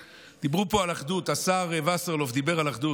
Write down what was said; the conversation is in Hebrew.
דיברו פה על אחדות, השר וסרלאוף דיבר על אחדות.